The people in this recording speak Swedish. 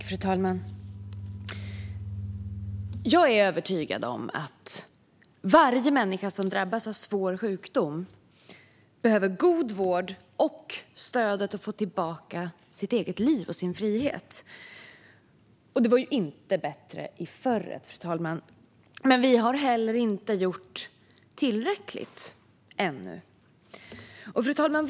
Fru talman! Jag är övertygad om att varje människa som drabbas av svår sjukdom behöver god vård och stöd att få tillbaka sitt eget liv och sin frihet. Det var inte bättre förr, fru talman, men vi har heller inte gjort tillräckligt än. Fru talman!